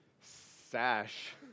sash